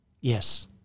Yes